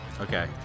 Okay